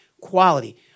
quality